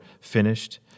finished